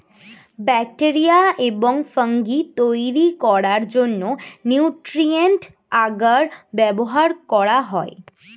bacteria এবং fungi তৈরি করার জন্য নিউট্রিয়েন্ট আগার ব্যবহার করা হয়